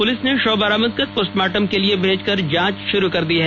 police ने शव बरामद कर पोस्टमार्टम के लिए भेजकर जांच शुरू कर दी है